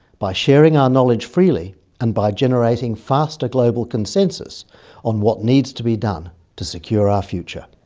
by sharing our knowledge freely and by generating faster global consensus on what needs to be done to secure our future.